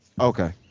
okay